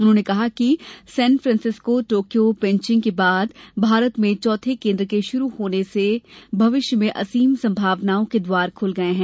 उन्होंने कहा कि सेनफ्रान्सिस्को टोकियो और पेचिंग के बाद भारत में चौथे केंद्र के शुरू होने से भविष्य में असीम संभावनाओं के द्वार खूल गये है